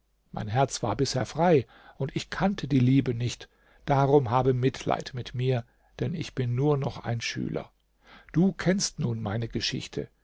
mein herz war bisher frei und ich kannte die liebe nicht darum habe mitleid mit mir denn ich bin nur noch ein schüler du kennst nun meine geschichte